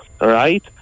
right